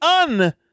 un-